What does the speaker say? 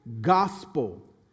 gospel